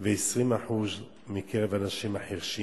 ו-20% מקרב האנשים החירשים.